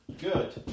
Good